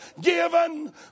given